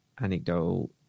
anecdotal